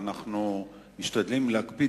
ואנחנו משתדלים להקפיד,